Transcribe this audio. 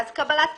קבלת פיקדונות,